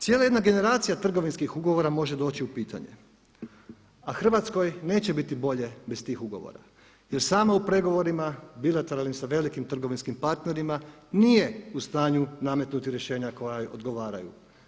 Cijela jedna generacija trgovinskih ugovora može doći u pitanje, a Hrvatskoj neće biti bolje bez tih ugovora jer sama u pregovorima bilateralnim, sa velikim trgovinskim partnerima nije u stanju nametnuti rješenja koja joj odgovaraju.